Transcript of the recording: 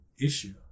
issue